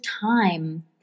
time